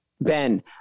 Ben